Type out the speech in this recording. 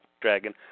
Dragon